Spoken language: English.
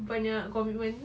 banyak commitment